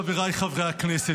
חבריי חברי הכנסת,